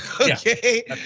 Okay